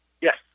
Yes